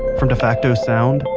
from defacto sound,